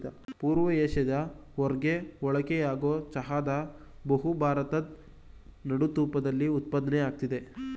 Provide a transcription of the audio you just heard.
ಪೂರ್ವ ಏಷ್ಯಾದ ಹೊರ್ಗೆ ಬಳಕೆಯಾಗೊ ಚಹಾದ ಬಹುಭಾ ಭಾರದ್ ನೆಡುತೋಪಲ್ಲಿ ಉತ್ಪಾದ್ನೆ ಆಗ್ತದೆ